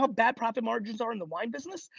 ah bad profit margins are in the wine business.